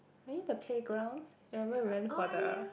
maybe the playgrounds remember we went for the